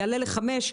יעלה ל-5,